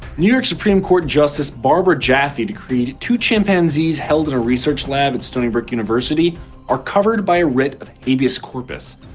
new york supreme court justice barbara jaffe decreed two chimpanzees held in a research lab at stony brook university are covered by a writ of habeas corpus,